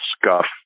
scuff